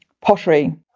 pottery